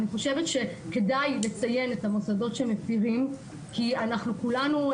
אני חושבת שכדאי לציין את המוסדות שמפרים כי אנחנו כולנו,